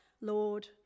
Lord